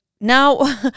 now